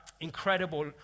incredible